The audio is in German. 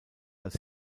als